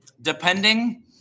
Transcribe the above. depending –